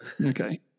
Okay